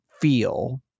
feel